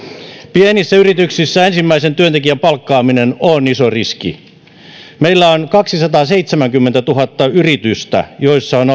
pienissä yrityksissä ensimmäisen työntekijän palkkaaminen on iso riski meillä on kaksisataaseitsemänkymmentätuhatta yritystä joissa on